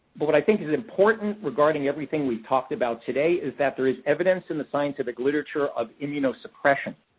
but what i think is is important regarding everything we've talked about today is that there is evidence in the scientific literature of immunosuppression